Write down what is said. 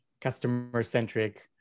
customer-centric